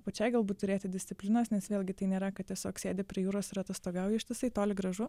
pačiai galbūt turėti disciplinos nes vėlgi tai nėra kad tiesiog sėdi prie jūros ir atostogauji ištisai toli gražu